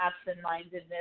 absent-mindedness